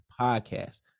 Podcast